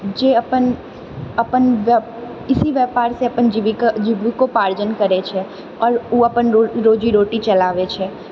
जे अपन अपन इसी व्यापार से अपन जीविकोपार्जन करैत छै आओर ओ अपन रोजी रोटी चलाबैत छै